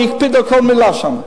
אני אקפיד על כל מלה שם.